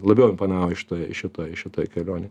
labiau imponavo šitoj šitoj šitoj kelionėj